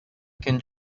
can